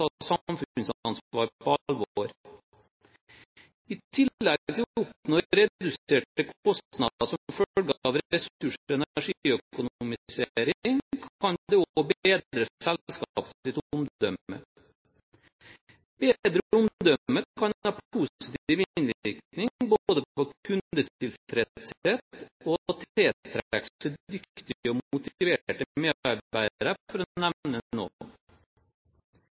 på alvor. I tillegg til å oppnå reduserte kostnader som følge av ressurs- og energiøkonomisering kan det også bedre selskapets omdømme. Bedre omdømme kan ha positiv innvirkning både på kundetilfredshet og på å tiltrekke seg dyktige og motiverte medarbeidere, for å